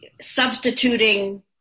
substituting